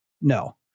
No